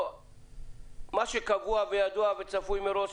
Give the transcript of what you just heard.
הרי מה שקבוע וידוע וצפוי מראש,